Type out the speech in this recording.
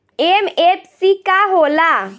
MFC का होला?